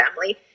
family